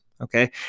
Okay